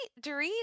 Dorit